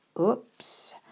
Oops